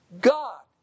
God